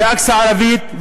ריאקציה ערבית,